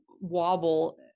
wobble